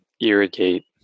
irrigate